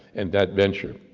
and that venture.